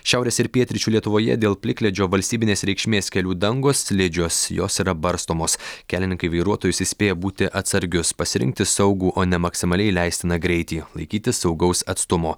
šiaurės ir pietryčių lietuvoje dėl plikledžio valstybinės reikšmės kelių dangos slidžios jos yra barstomos kelininkai vairuotojus įspėja būti atsargius pasirinkti saugų o ne maksimaliai leistiną greitį laikytis saugaus atstumo